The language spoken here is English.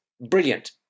Brilliant